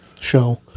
show